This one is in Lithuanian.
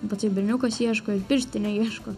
pats ir berniukas ieško ir pirštinė ieško